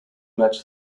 match